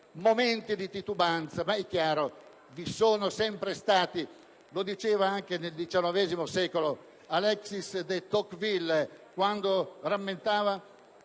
momenti di titubanza vi sono sempre stati, lo diceva anche nel XIX secolo Alexis de Tocqueville, quando rammentava